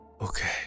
Okay